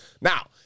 Now